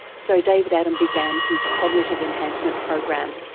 so david adam began his cognitive enhancement program.